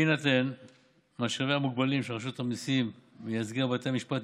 בהינתן משאביה המוגבלים של רשות המיסים ומייצגיה בבתי המשפט,